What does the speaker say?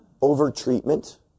over-treatment